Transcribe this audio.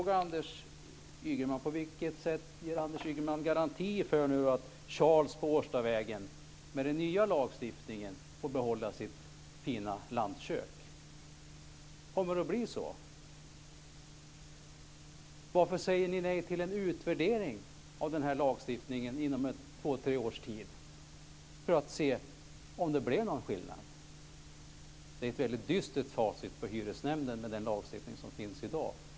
Anders Ygeman garanti för att Charles på Årstavägen med den nya lagstiftningen får behålla sitt fina lantkök? Kommer det att bli så? Varför säger ni nej till en utvärdering av den här lagstiftningen inom två eller tre års tid för att se om det blev någon skillnad? Det är ett väldigt dystert facit för hyresnämnden med den lagstiftning som finns i dag.